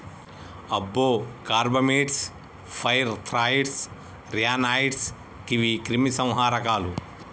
అబ్బో carbamates, pyrethroids, ర్యానాయిడ్స్ గీవి క్రిమి సంహారకాలు